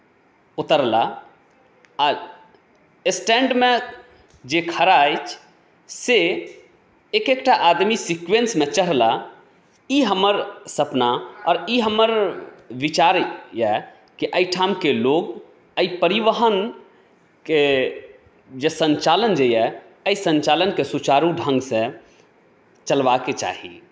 उतरला आ स्टैण्ड मे जे खड़ा अछि से एक एकटा आदमी सिक्वेन्स मे चढला ई हमर सपना आओर ई हमर विचार यऽ कि एहिठामकेँ लोक एहि परिवहनके जे सञ्चालन जे यऽ ई सञ्चालनके सुचारु ढ़ंगसे चलबाके चाही